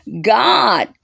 God